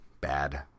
Bad